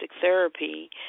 therapy